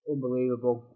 Unbelievable